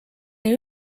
nii